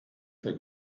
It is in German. der